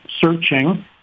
searching